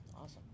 Awesome